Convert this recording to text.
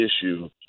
issue